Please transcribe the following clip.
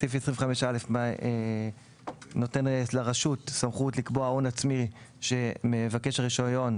סעיף 25(א) נותן לרשות סמכות לקבוע הון עצמי שמבקש הרישיון,